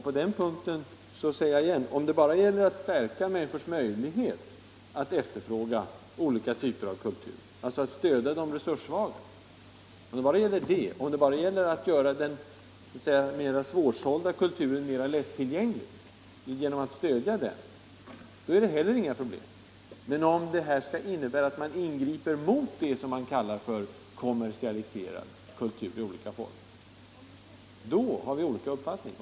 På den punkten säger jag igen: Om det bara gäller att stärka människors möjlighet att efterfråga olika typer av kultur, dvs. att stödja de resurssvaga och göra den mer svårsålda kulturen mer lättillgänglig genom att stödja den, är det heller inga problem. Men om avsikten är att ni skall ingripa mot det ni kallar kommersialiserad kultur i olika former, då har vi olika uppfattningar.